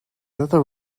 other